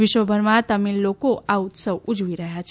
વિશ્વભરમાં તમિલ લોકો આ ઉત્સવ ઉજવી રહ્યાં છે